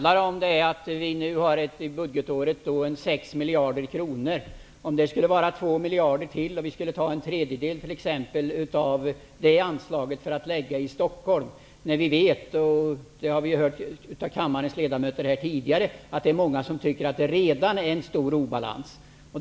Fru talman! I budgeten har vi 6 miljarder kronor. Om vi tar 2 miljarder för att lägga i Stockholm blir det en tredjedel. Men vi har hört av kammarens ledamöter tidigare att det redan är en stor obalans.